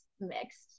mixed